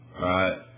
right